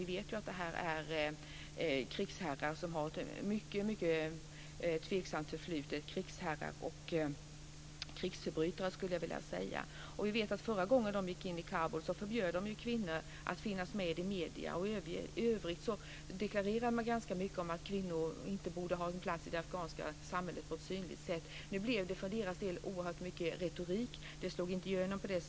Vi vet ju att där finns krigsherrar med ett mycket tveksamt förflutet - krigsherrar och, skulle jag vilja säga, krigsförbrytare. Förra gången de gick in i Kabul förbjöd de kvinnor att finnas med i medierna. I övrigt deklararerar de ganska mycket att kvinnor inte på ett synligt sätt borde ha en plats i det afghanska samhället. Nu blev det för deras del oerhört mycket retorik; på det sättet slog det här inte igenom.